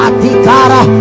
Atikara